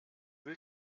will